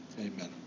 Amen